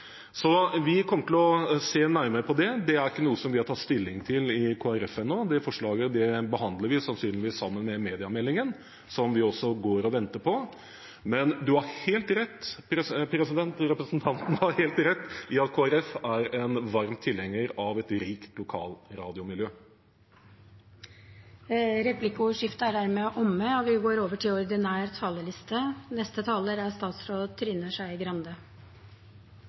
Så vi kommer til å se nærmere på det. Det er ikke noe som vi har tatt stilling til i Kristelig Folkeparti ennå – det forslaget behandler vi sannsynligvis sammen med mediemeldingen, som vi også går og venter på. Men representanten har helt rett i at Kristelig Folkeparti er en varm tilhenger av et rikt lokalradiomiljø. Replikkordskiftet er dermed omme. Denne regjeringa har lagt fram et kulturbudsjett for 2019 som for første gang er på over